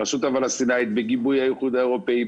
הרשות הפלסטינית בגיבוי האיחוד האירופאי,